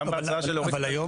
גם בהצעה של להוריד --- אבל היום,